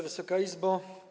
Wysoka Izbo!